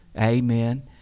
amen